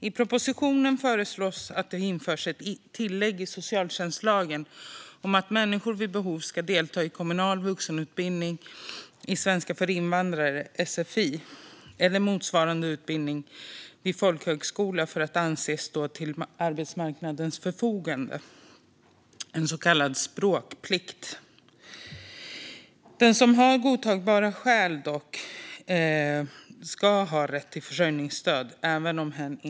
I propositionen föreslås att det ska införas ett tillägg i socialtjänstlagen om att människor vid behov ska delta i kommunal vuxenutbildning i svenska för invandrare, sfi, eller motsvarande utbildning vid folkhögskola för att anses stå till arbetsmarknadens förfogande, en så kallad språkplikt. Den som har godtagbara skäl ska dock ha rätt till försörjningsstöd även om hen inte deltar i sfi.